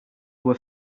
were